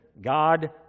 God